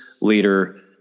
leader